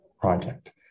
project